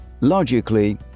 Logically